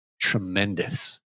tremendous